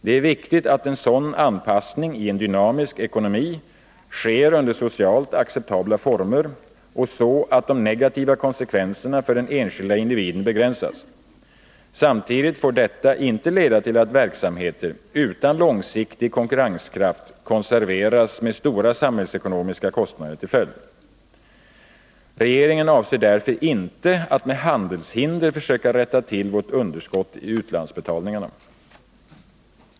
Det är viktigt att en sådan anpassning i en dynamisk ekonomi sker under socialt acceptabla former och så att de negativa konsekvenserna för den enskilda individen begränsas. Samtidigt får detta inte leda till att verksamheter utan långsiktig konkurrenskraft konserveras med stora samhällsekonomiska kostnader till följd. Regeringen avser därför inte att med handelshinder försöka rätta till vårt underskott i utlandsbetalningarna.